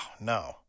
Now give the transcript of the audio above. no